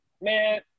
man